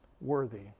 worthy